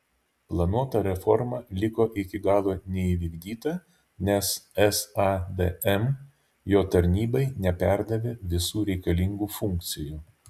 planuota reforma liko iki galo neįvykdyta nes sadm jo tarnybai neperdavė visų reikalingų funkcijų